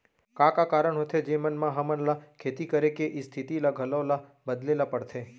का का कारण होथे जेमन मा हमन ला खेती करे के स्तिथि ला घलो ला बदले ला पड़थे?